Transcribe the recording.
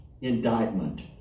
indictment